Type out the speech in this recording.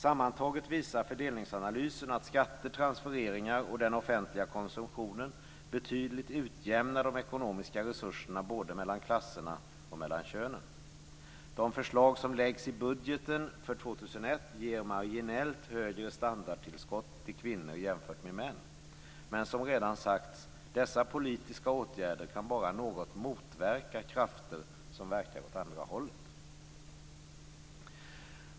Sammantaget visar fördelningsanalysen att skatter, transfereringar och den offentliga konsumtionen betydligt utjämnar de ekonomiska resurserna både mellan klasserna och mellan könen. De förslag som läggs fram i budgeten för år 2001 ger marginellt högre standardtillskott till kvinnor jämfört med män. Men som redan sagts kan dessa politiska åtgärder bara något motverka krafter som verkar åt andra hållet.